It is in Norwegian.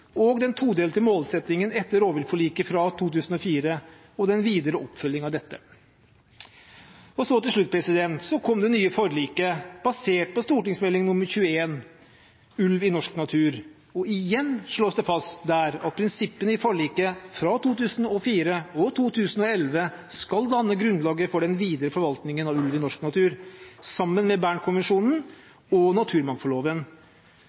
og den todelte målsettingen etter rovviltforliket av 2004, og den videre oppfølging av dette.» Til slutt kom det nye forliket basert på Meld. St. 21 for 2015–2016, Ulv i norsk natur. Der slås det igjen fast at prinsippene i forlikene fra 2004 og 2011 skal danne grunnlaget for den videre forvaltningen av ulv i norsk natur, sammen med